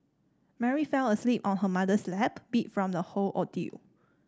Mary fell asleep on her mother's lap beat from the whole ordeal